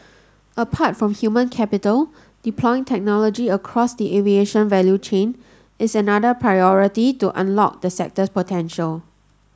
apart from human capital deploying technology across the aviation value chain is another priority to unlock the sector's potential